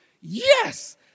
Yes